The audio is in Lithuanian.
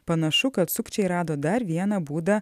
panašu kad sukčiai rado dar vieną būdą